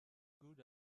good